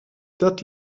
dat